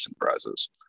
prizes